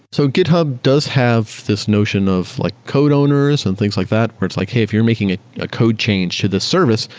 so github does have this notion of like code owners and things like that, where it's like hey, if you're making a ah code change to the service,